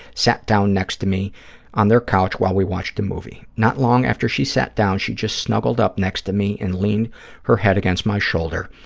sat down next to me on their couch while we watched a movie. not long after she sat down, she just snuggled up next to me and leaned her head against my shoulder.